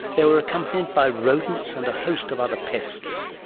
they were accompanied by rodents and a host of other pests.